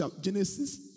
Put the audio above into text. Genesis